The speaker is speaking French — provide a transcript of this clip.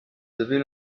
avaient